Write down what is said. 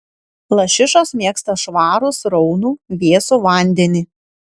lašišos mėgsta švarų sraunų vėsų vandenį